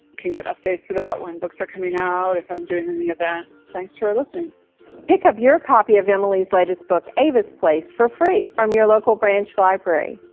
can get updates about when books are coming out, if i'm doing any events. thanks for listening pick up your copy of emily's latest book ava's place, for free from your local branch library.